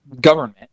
government